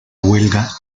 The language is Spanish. huelga